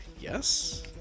yes